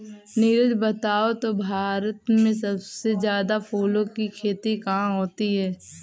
नीरज बताओ तो भारत में सबसे ज्यादा फूलों की खेती कहां होती है?